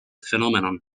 phenomenon